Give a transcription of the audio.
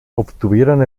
obtuvieron